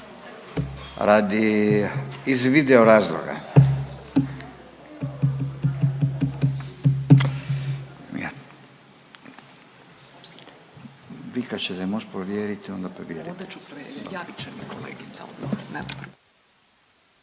Radi, iz video razloga.